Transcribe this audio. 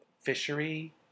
fishery